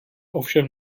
ovšem